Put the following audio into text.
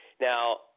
Now